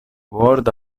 ward